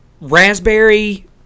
raspberry